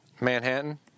Manhattan